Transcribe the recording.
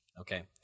okay